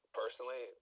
personally